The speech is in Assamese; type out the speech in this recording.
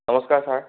নমস্কাৰ ছাৰ